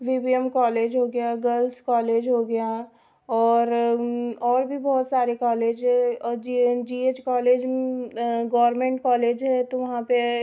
विवियम college हो गया girls college हो गया और और भी बहुत सारे college G N G H college government college है तो वहाँ पर